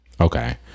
Okay